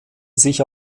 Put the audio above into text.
sich